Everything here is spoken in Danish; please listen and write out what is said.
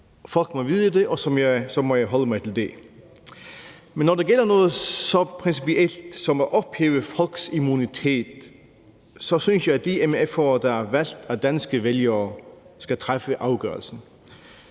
folk må vide det, og så må jeg holde mig til det. Men når det gælder noget så principielt som at ophæve folkets immunitet, synes jeg, at de mf'er, der er valgt af danske vælgere, skal træffe afgørelsen.